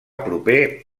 proper